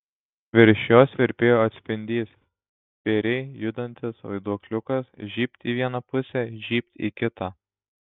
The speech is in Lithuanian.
virš jos virpėjo atspindys spėriai judantis vaiduokliukas žybt į vieną pusę žybt į kitą